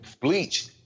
Bleach